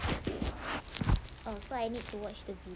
oh so I need to watch the video